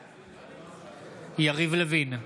בעד יריב לוין,